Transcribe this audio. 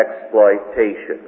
exploitation